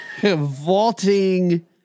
vaulting